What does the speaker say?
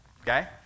okay